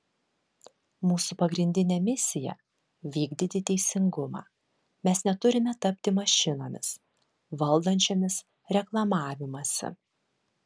mūsų pagrindinė misija vykdyti teisingumą mes neturime tapti mašinomis valdančiomis reklamavimąsi